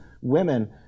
women